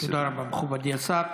תודה רבה, מכובדי השר.